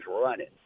running